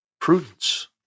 prudence